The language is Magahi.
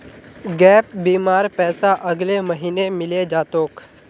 गैप बीमार पैसा अगले महीने मिले जा तोक